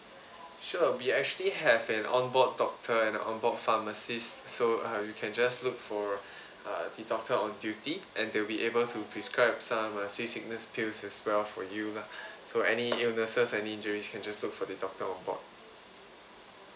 sure we actually have an on board doctor and on board pharmacists so uh you can just look for uh the doctor on duty and they'll be able to prescribe some uh seasickness pills as well for you lah so any illnesses any injuries you can just look for the doctor onboard